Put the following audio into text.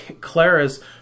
Clara's